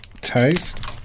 taste